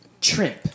Shrimp